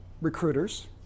recruiters